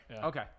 Okay